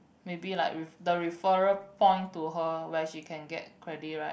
maybe like re~ the referral point to her where she can get credit right